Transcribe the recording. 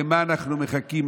למה אנחנו מחכים.